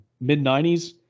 mid-90s